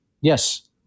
Yes